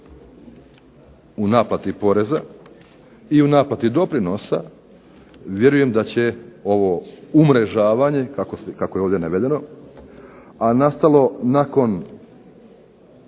u naplati poreza i doprinosa, vjerujem da će ovo umrežavanje kako je ovdje navedeno, a nastalo nakon